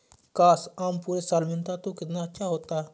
काश, आम पूरे साल मिलता तो कितना अच्छा होता